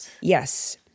Yes